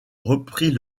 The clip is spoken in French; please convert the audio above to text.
reprit